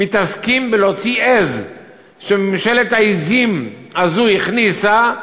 מתעסקים בהוצאת עז שממשלת העזים הזו הכניסה,